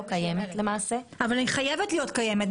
קיימת --- אבל היא חייבת להיות קיימת.